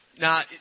Now